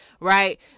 right